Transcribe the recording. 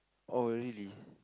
oh really